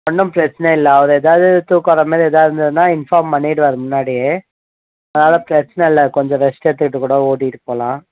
ஒன்றும் பிரச்சின இல்லை அவர் ஏதாவது தூக்கம் வர மாரி ஏதாவது இருந்ததுனால் இன்ஃபார்ம் பண்ணிவிடுவாரு முன்னாடியே அதனால் பிரச்சின இல்லை கொஞ்சம் ரெஸ்ட் எடுத்துகிட்டுக்கூட ஓட்டிகிட்டு போகலாம்